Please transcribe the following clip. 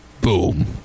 Boom